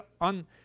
on